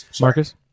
marcus